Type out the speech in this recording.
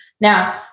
Now